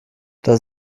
das